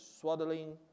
swaddling